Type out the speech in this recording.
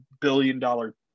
billion-dollar